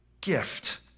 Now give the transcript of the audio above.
gift